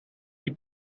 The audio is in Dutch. die